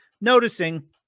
noticing